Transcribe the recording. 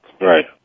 Right